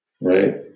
right